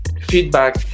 feedback